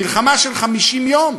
מלחמה של 50 יום.